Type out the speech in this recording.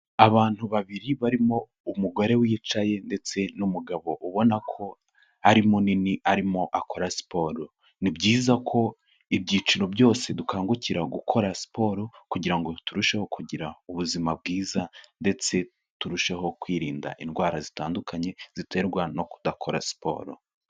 Abantu babiri barimo umugore wicaye ndetse n'umugabo ubona ko ari munini arimo akora siporo, ni byiza ko ibyiciro byose dukangukira gukora siporo kugira ngo turusheho kugira ubuzima bwiza ndetse turusheho kwirinda indwara zitandukanye ziterwa no kudakora siporo.